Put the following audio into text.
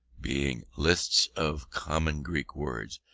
being lists of common greek words,